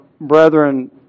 brethren